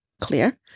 clear